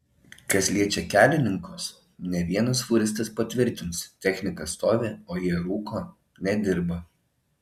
kas liečia kelininkus ne vienas fūristas patvirtins technika stovi o jie rūko nedirba